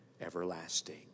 everlasting